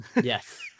Yes